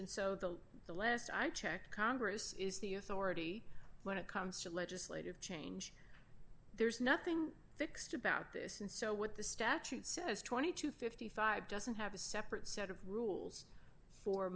and so the the last i checked congress is the authority when it comes to legislative change there's nothing fixed about this and so what the statute says twenty to fifty five doesn't have a separate set of rules for